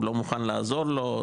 לא מוכן לעזור לו,